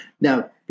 now